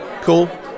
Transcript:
Cool